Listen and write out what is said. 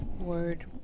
Word